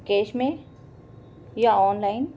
cash में या online